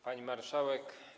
Pani Marszałek!